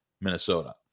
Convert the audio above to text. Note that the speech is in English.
minnesota